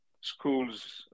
schools